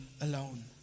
alone